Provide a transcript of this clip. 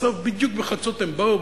בסוף בדיוק בחצות הם באו.